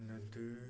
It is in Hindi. नहीं तो यह